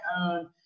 own